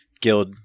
guild